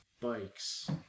Bikes